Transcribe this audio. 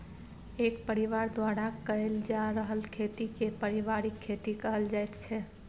एक परिबार द्वारा कएल जा रहल खेती केँ परिबारिक खेती कहल जाइत छै